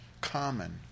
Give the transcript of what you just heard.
common